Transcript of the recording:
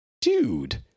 dude